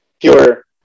pure